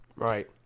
Right